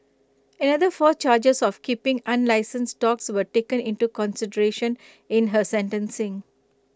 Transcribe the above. another four charges of keeping unlicensed dogs were taken into consideration in her sentencing